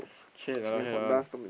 one